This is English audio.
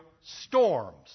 storms